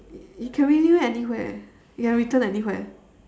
you can renew anywhere you can return anywhere